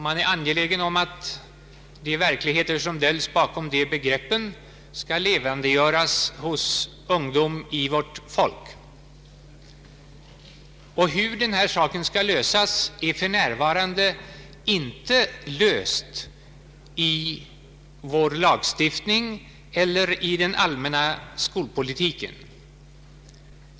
Man är angelägen om att de verkligheter som döljs bakom dessa begrepp skall levandegöras bland ungdomen i vårt folk. Detta problem är för närvarande inte löst i vår lagstiftning eller i den allmänna skolpolitiken.